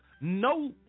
no